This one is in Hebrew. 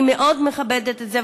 אני מאוד מכבדת את זה,